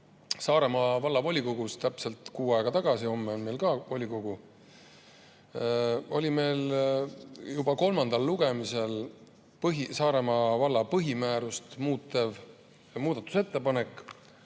Saaremaa Vallavolikogus oli täpselt kuu aega tagasi – homme on meil ka volikogu – juba kolmandal lugemisel Saaremaa valla põhimäärust muutev muudatusettepanek,